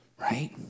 right